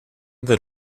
that